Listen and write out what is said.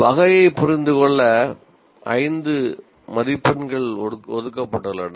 வகையைப் புரிந்துகொள்ள 5 மதிப்பெண்கள் ஒதுக்கப்பட்டுள்ளன